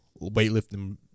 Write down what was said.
weightlifting